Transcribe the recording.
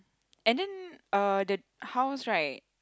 and then uh the house right